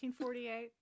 1948